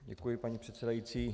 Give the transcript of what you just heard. Děkuji, paní předsedající.